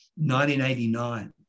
1989